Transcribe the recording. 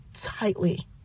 tightly